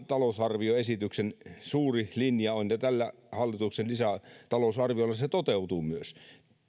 talousarvioesityksen suuri linja on ja tällä hallituksen lisätalousarviolla se toteutuu myös